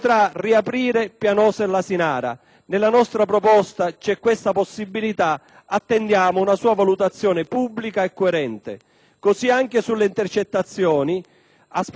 Nella nostra proposta c'è questa possibilità e attendiamo una sua valutazione pubblica e coerente. Anche sul tema delle intercettazioni, aspettiamo da lei con chiarezza